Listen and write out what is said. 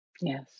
Yes